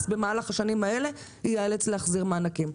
במהלך השנים האלה ייאלץ להחזיר מענקים.